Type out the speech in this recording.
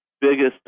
biggest